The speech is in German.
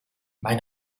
mein